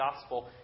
gospel